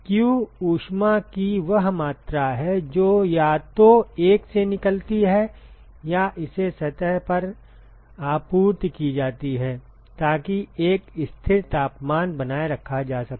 q ऊष्मा की वह मात्रा है जो या तो 1 से निकलती है या इसे सतह एक पर आपूर्ति की जाती है ताकि एक स्थिर तापमान बनाए रखा जा सके